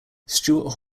stewart